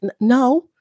No